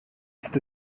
ist